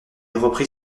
reprit